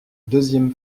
deuxième